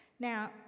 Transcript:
Now